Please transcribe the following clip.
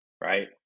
right